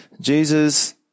Jesus